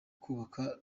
kubaka